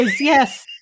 yes